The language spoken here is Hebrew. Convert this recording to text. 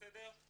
בסדר?